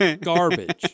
Garbage